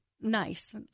nice